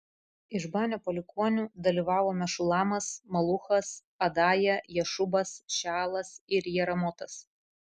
iš banio palikuonių dalyvavo mešulamas maluchas adaja jašubas šealas ir jeramotas